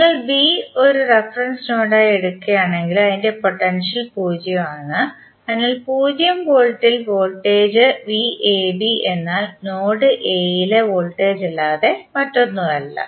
നിങ്ങൾ ബി ഒരു റഫറൻസ് നോഡായി എടുക്കുകയാണെങ്കിൽ അതിന്റെ പൊട്ടൻഷ്യൽ 0 ആണ് അതിനാൽ 0 വോൾട്ടിൽ വോൾട്ടേജ് VAB എന്നാൽ നോഡ് എയിലെ വോൾട്ടേജല്ലാതെ മറ്റൊന്നുമല്ല